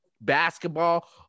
basketball